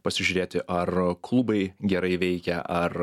pasižiūrėti ar klubai gerai veikia ar